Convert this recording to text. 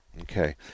Okay